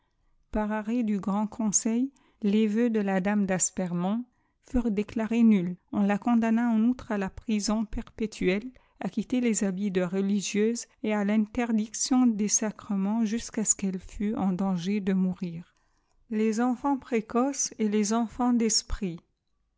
arrêt du grand conseil tes vœux àe la dame d'aspremont furent déclarés nuis on la condamna en outre à la prison perpétuelle à quitter les habits de religieuse et à finterdiction dessacre ments jusqu'à ce qu'elle fût en danger de inourir les enfants précoces e les enfants d'esprit